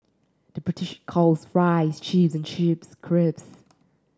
the British calls fries chips and chips crisps